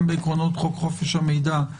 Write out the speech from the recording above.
גם בעקרונות חוק חופש המידע,